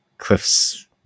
Cliffs